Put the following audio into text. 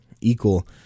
equal